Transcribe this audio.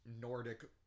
Nordic